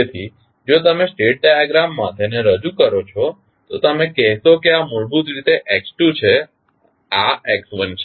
તેથી જો તમે સ્ટેટ ડાયાગ્રામમાં તેને રજુ કરો તો તમે કહેશો કે આ મૂળભૂત રીતે x2 છે આ x1 છે